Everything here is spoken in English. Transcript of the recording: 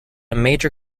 major